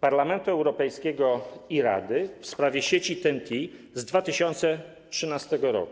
Parlamentu Europejskiego i Rady w sprawie sieci TEN-T z 2013 r.